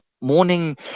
morning